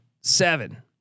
seven